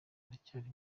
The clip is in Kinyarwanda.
aracyari